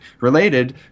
related